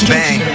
Bang